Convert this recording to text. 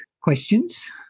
questions